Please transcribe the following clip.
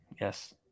yes